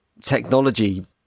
technology